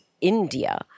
India